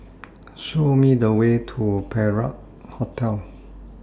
Show Me The Way to Perak Hotel